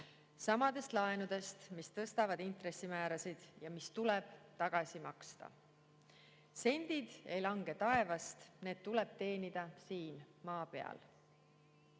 samadest laenudest, mis tõstavad intressimäärasid ja mis tuleb tagasi maksta. Sendid ei lange taevast, need tuleb teenida siin maa peal."